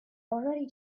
already